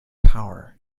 power